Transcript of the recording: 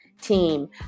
team